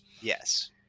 Yes